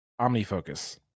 OmniFocus